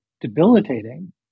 debilitating